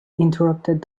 interrupted